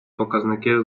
показники